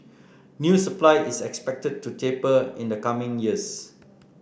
new supply is expected to taper in the coming years